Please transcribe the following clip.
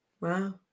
wow